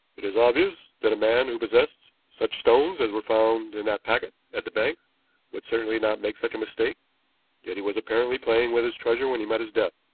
it is obvious that a man who possessed such stones as were found in that packet at the bank would certainly not make such a mistake yet he was apparently playing with his treasure when he met his death.